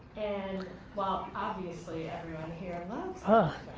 and while obviously, everyone here loves but